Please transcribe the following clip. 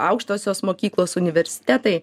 aukštosios mokyklos universitetai